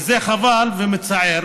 וזה חבל ומצער.